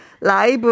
live